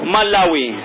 Malawi